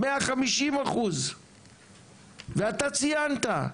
מאה חמישים אחוז ואתה ציינת,